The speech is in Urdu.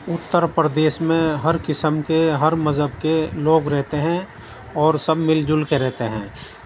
اتر پردیش میں ہر قسم کے ہر مذہب کے لوگ رہتے ہیں اور سب مل جل کے رہتے ہیں